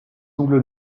ongles